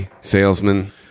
salesman